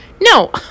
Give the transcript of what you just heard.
no